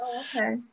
Okay